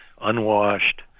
unwashed